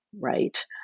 Right